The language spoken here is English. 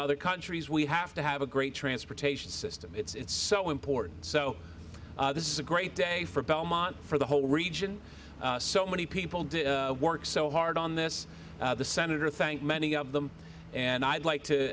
other countries we have to have a great transportation system it's so important so this is a great day for belmont for the whole region so many people did work so hard on this senator thank many of them and i'd like to